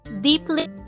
deeply